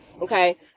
okay